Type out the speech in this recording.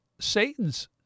Satan's